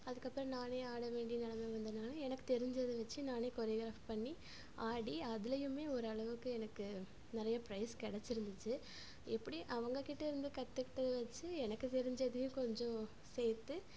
அதுக்கு அப்புறம் நானே ஆட வேண்டிய நிலமை வந்தனால் எனக்கு தெரிஞ்சதை வச்சி நானே கோரியோகிராஃப் பண்ணி ஆடி அதுலேயுமே ஒரு அளவுக்கு எனக்கு நிறைய பிரைஸ் கிடச்சிருந்துச்சி எப்படியும் அவங்க கிட்ட இருந்து காத்துக்கிட்டது வச்சி எனக்கு தெரிஞ்சதையும் கொஞ்சம் சேர்த்து